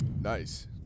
Nice